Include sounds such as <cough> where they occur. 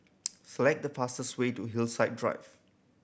<noise> select the fastest way to Hillside Drive